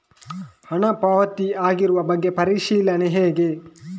ಹಣ ಪಾವತಿ ಆಗಿರುವ ಬಗ್ಗೆ ಪರಿಶೀಲನೆ ಹೇಗೆ?